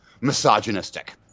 misogynistic